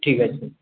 ঠিক আছে